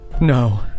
No